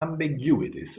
ambiguities